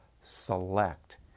select